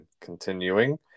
continuing